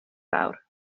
fawr